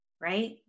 right